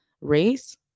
race